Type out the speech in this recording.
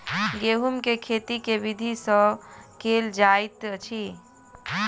गेंहूँ केँ खेती केँ विधि सँ केल जाइत अछि?